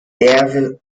der